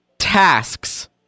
Tasks